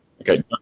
Okay